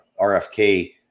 RFK